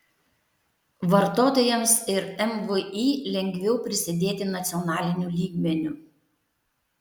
vartotojams ir mvį lengviau prisidėti nacionaliniu lygmeniu